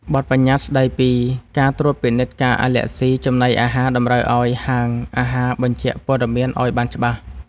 បទប្បញ្ញត្តិស្ដីពីការត្រួតពិនិត្យការអាឡែស៊ីចំណីអាហារតម្រូវឱ្យហាងអាហារបញ្ជាក់ព័ត៌មានឱ្យបានច្បាស់។